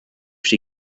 she